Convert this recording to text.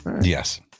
yes